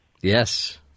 Yes